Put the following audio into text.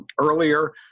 earlier